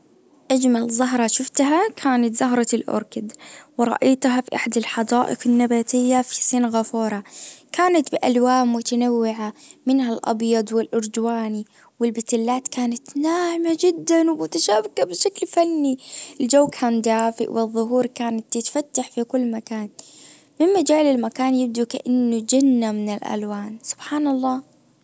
اجمل زهرة شفتها كانت زهرة الاوركيد ورأيتها في احدى الحدائق النباتية في سنغافورة. كانت بالوان متنوعة منها الابيض والارجواني والبتلات كانت ناعمة جدا شابكة بشكل فني. الجو كان دافئ والزهور كانت تتفتح في كل مكان مما جعل المكان يبدو كأنه جنة من الالوان سبحان الله